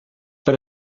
per